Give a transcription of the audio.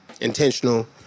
intentional